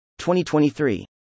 2023